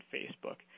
Facebook